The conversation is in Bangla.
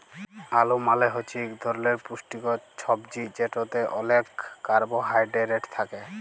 আলু মালে হছে ইক ধরলের পুষ্টিকর ছবজি যেটতে অলেক কারবোহায়ডেরেট থ্যাকে